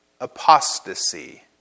apostasy